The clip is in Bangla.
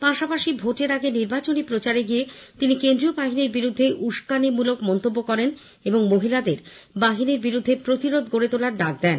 পাশাপাশি ভোটের আগে নির্বাচনী প্রচারে গিয়ে তিনি কেন্দ্রীয় বাহিনীর বিরুদ্ধে উস্কানিমূলক মন্তব্য করেন এবং মহিলাদের বাহিনীর বিরুদ্ধে প্রতিরোধ গড়ে তোলার ডাক দেন